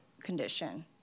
condition